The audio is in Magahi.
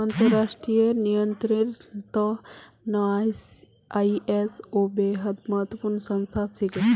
अंतर्राष्ट्रीय नियंत्रनेर त न आई.एस.ओ बेहद महत्वपूर्ण संस्था छिके